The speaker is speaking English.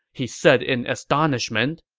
he said in astonishment